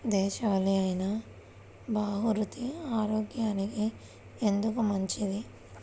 దేశవాలి అయినా బహ్రూతి ఆరోగ్యానికి ఎందుకు మంచిది?